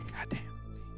Goddamn